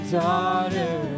daughter